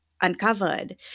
uncovered